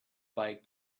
bike